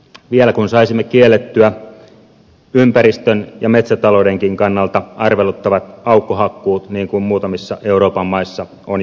vielä kun saisimme kiellettyä ympäristön ja metsätaloudenkin kannalta arveluttavat aukkohakkuut niin kuin muutamissa euroopan maissa on jo tehty